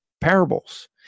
parables